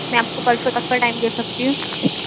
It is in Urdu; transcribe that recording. میں آپ کو پرسوں تک کا ٹائم دے سکتی ہوں